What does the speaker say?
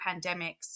pandemics